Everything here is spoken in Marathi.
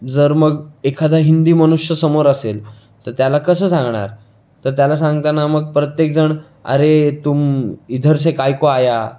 जर मग एखादा हिंदी मनुष्य समोर असेल तर त्याला कसं सांगणार तर त्याला सांगताना मग प्रत्येकजण अरे तुम इधर से कायको आया